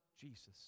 Jesus